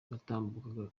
batambukaga